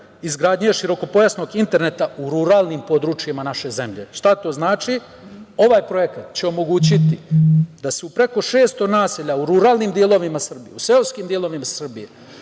izgradnje širokopojasnog interneta u ruralnim područjima naše zemlje. Šta to znači? Ovaj projekat će omogućiti da se u preko 600 naselja u ruralnim delovima Srbije, u seoskim delovima Srbije